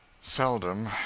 Seldom